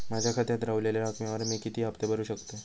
माझ्या खात्यात रव्हलेल्या रकमेवर मी किती हफ्ते भरू शकतय?